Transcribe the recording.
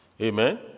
Amen